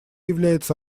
является